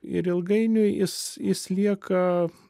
ir ilgainiui jis jis lieka